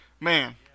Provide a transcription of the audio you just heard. Man